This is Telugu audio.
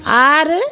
ఆ